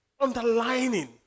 underlining